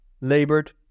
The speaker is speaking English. laboured